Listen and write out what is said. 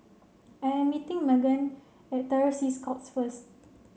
I am meeting Meghan at Terror Sea Scouts first